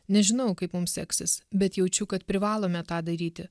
nežinau kaip mums seksis bet jaučiu kad privalome tą daryti